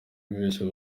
bibeshye